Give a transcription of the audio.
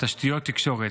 תשתיות תקשורת.